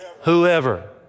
Whoever